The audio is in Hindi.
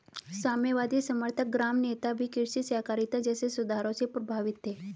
साम्यवादी समर्थक ग्राम नेता भी कृषि सहकारिता जैसे सुधारों से प्रभावित थे